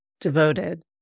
devoted